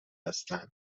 هستند